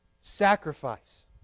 sacrifice